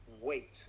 wait